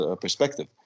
perspective